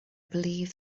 believe